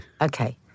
okay